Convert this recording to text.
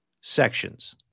sections